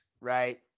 right